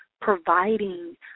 providing